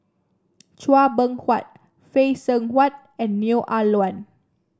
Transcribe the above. Chua Beng Huat Phay Seng Whatt and Neo Ah Luan